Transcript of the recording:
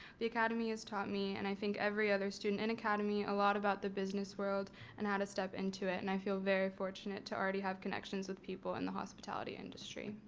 the academy has taught me and i think every other student and academy a lot about the business world and how to step into it and i feel very fortunate to already have connections with people in the hospitality industry.